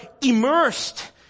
immersed